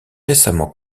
récemment